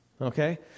Okay